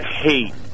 hate